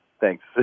thanks